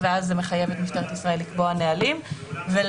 אבל